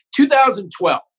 2012